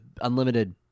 unlimited